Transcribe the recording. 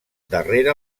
darrere